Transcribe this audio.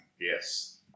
Yes